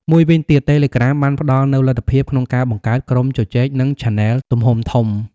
មួយវិញទៀត តេឡេក្រាមបានផ្តល់នូវលទ្ធភាពក្នុងការបង្កើត ក្រុមជជែក និងឆាណេល ទំហំធំ។